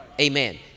Amen